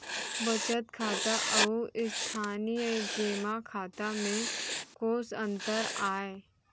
बचत खाता अऊ स्थानीय जेमा खाता में कोस अंतर आय?